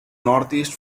northeast